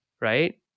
Right